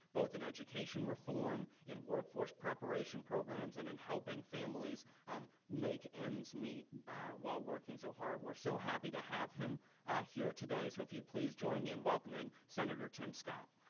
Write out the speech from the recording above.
both in education reform, in workforce preparation programs, and in helping families um make ends meet while working so hard. we're so happy to have him here today, so if you'd please join me in welcoming senator tim scott.